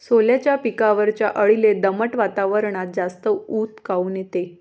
सोल्याच्या पिकावरच्या अळीले दमट वातावरनात जास्त ऊत काऊन येते?